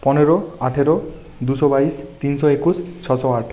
পনেরো আঠেরো দুশো বাইশ তিনশো একুশ ছশো আট